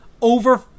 over